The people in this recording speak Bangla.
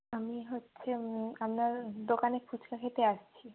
আমি হচ্ছে আপনার দোকানে ফুচকা খেতে আসছি